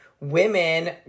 women